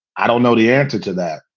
i don't know the answer to that.